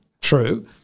true